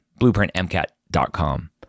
blueprintmcat.com